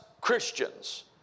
Christians